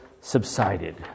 subsided